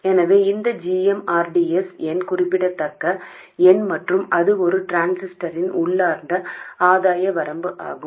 எனவே இந்த g m r d s எண் குறிப்பிடத்தக்க எண் மற்றும் இது ஒரு டிரான்சிஸ்டரின் உள்ளார்ந்த ஆதாய வரம்பு ஆகும்